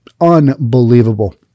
unbelievable